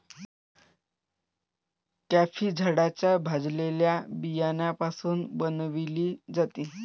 coffee झाडाच्या भाजलेल्या बियाण्यापासून बनविली जाते